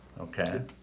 okay